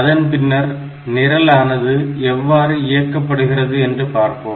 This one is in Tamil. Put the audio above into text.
அதன் பின்னர் நிழல் ஆனது எவ்வாறு இயக்கப்படுகிறது என்று பார்ப்போம்